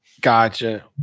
Gotcha